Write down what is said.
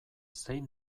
zein